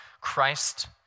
Christ